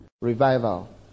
Revival